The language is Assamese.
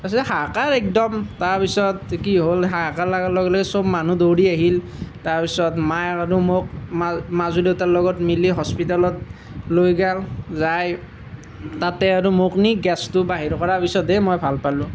তাৰপিছতে হাহাকাৰ একদম তাৰপিছত কি হ'ল হাহাকাৰ লগাৰ লগে লগে সব মানুহ দৌৰি আহিল তাৰপিছত মায়ে আৰু মোক মা মাজুদেউতাৰ লগত মিলি হস্পিটেলত লৈ গ'ল যাই তাতেই আৰু মোক নি গেছটো বাহিৰ কৰা পিছতহে মই ভাল পালোঁ